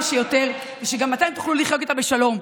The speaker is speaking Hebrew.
שיותר ושגם אתם תוכלו לחיות איתה בשלום,